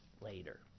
later